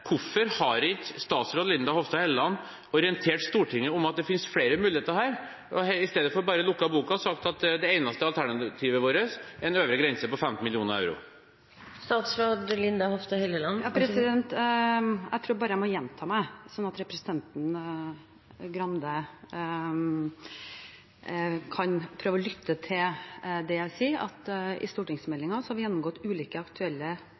Hvorfor har ikke statsråd Linda Hofstad Helleland orientert Stortinget om at det finnes flere muligheter for dette, i stedet for bare å lukke boka og si at det eneste alternativet er en øvre grense på 15 mill. euro? Jeg tror jeg bare må gjenta meg, og så kan representanten Grande prøve å lytte til det jeg sier. I stortingsmeldingen har vi gjennomgått ulike aktuelle